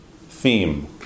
theme